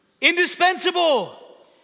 Indispensable